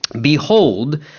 behold